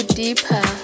deeper